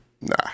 Nah